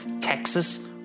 Texas